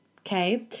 Okay